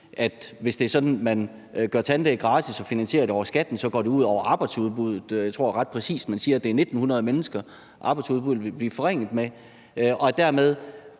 at hvis det er sådan, at man gør tandlæge gratis og finansierer det over skatten, går det ud over arbejdsudbuddet. Jeg tror, at man ret præcist kan sige, at det er 1.900 mennesker, arbejdsudbuddet ville blive forringet med, og dermed